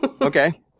Okay